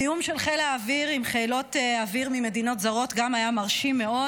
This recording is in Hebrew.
התיאום של חיל האוויר עם חילות אוויר ממדינות זרות גם היה מרשים מאוד,